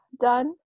done